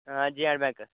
हां J and bank